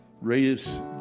raise